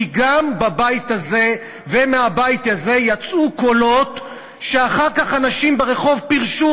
כי גם בבית הזה ומהבית הזה יצאו קולות שאחר כך אנשים ברחוב פירשו.